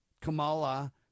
Kamala